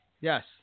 Yes